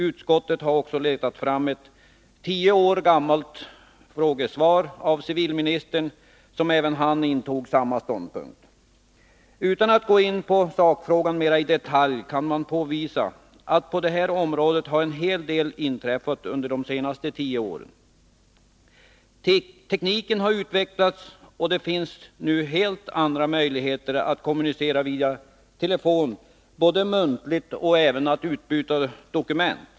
Utskottet har också letat fram ett tio år gammalt frågesvar av civilministern, där även han intog samma ståndpunkt. Utan att mera i detalj gå in på sakfrågan kan man påvisa att en hel del har inträffat på detta område under de senaste tio åren. Tekniken har utvecklats, och det finns nu helt andra möjligheter att kommunicera via telefon, både muntligt och genom utbyte av dokument.